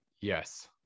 Yes